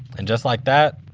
and just like that,